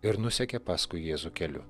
ir nusekė paskui jėzų keliu